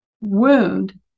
wound